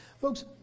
Folks